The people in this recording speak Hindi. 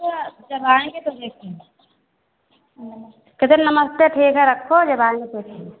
जब आएँगे तो लेंगे कह दें नमस्ते ठीक है रखो जब आएँगे तो लेंगे